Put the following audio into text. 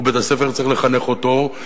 ובית-הספר צריך לחנך אותם,